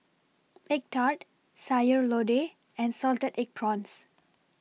Egg Tart Sayur Lodeh and Salted Egg Prawns